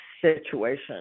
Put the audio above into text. situation